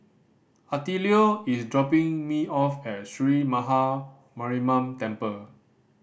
Attilio is dropping me off at Sree Maha Mariamman Temple